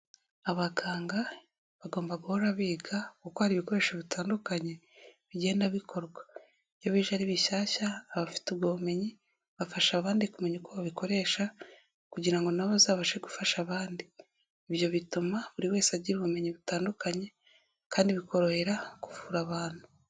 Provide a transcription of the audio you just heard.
Abaganga bagomba guhora biga gukora ibikoresho bitandukanye bigenda bikorwa. Iyo bije ari bishyashya abafite ubwo bumenyi bafasha abandi kumenya uko babikoresha kugira nabo bazabashe gufasha abandi. Ibyo bituma buri wese agira ubumenyi butandukanye kandi bikorohera kuvura abantu.